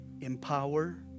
Empower